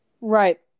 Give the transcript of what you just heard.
Right